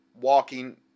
walking